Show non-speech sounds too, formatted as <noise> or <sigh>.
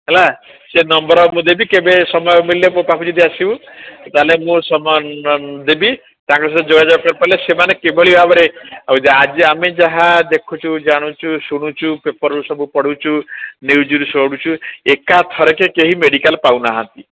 ହେଲା ସେ ନମ୍ବର ମୁଁ ଦେବି କେବେ ସମୟ ମିଳିଲେ ମୋ ପାଖକୁ ଯଦି ଆସିବୁ ତାହେଲେ ମୁଁ ସମୟ ଦେବି ତାଙ୍କ ସହ ଯୋଗାଯୋଗ କରିପାରିଲେ ସେମାନେ କିଭଳି ଭାବରେ ଆଜି ଆମେ ଯାହା ଦେଖୁଛୁ ଜାଣୁଛୁ ଶୁଣୁଛୁ ପେପରରୁ ସବୁ ପଢ଼ୁଛୁ ନ୍ୟୁଜରୁ <unintelligible> ଏକା ଥରକେ କେହି ମେଡିକାଲ ପାଉନାହାନ୍ତି